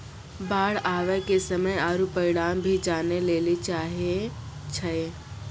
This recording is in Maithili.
बाढ़ आवे के समय आरु परिमाण भी जाने लेली चाहेय छैय?